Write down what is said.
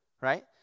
Right